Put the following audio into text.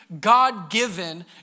God-given